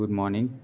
good morning